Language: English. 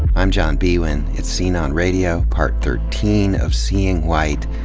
i'm john biewen, it's scene on radio. part thirteen of seeing white,